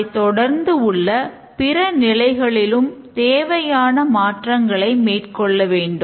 அதனைத் தொடர்ந்து உள்ள பிற நிலைகளிலும் தேவையான மாற்றங்களை மேற்கொள்ள வேண்டும்